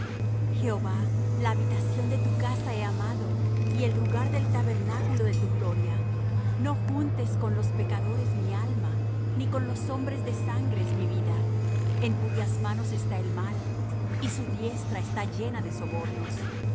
jehová la habitación de tu casa he amado y el lugar del tabernáculo de tu gloria no juntes con los pecadores mi alma ni con los hombres de sangres mi vida en cuyas manos está el mal y su diestra está llena de sobornos